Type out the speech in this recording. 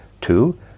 Two